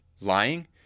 lying